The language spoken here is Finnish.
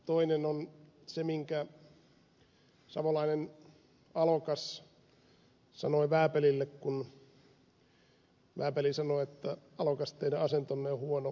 toinen on se minkä savolainen alokas sanoi vääpelille kun vääpeli sanoi että alokas teidän asentonne on huono korjatkaa